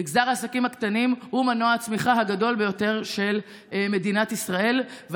מגזר העסקים הקטנים הוא מנוע הצמיחה הגדול ביותר של מדינת ישראל,